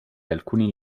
alcuni